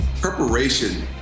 preparation